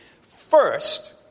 First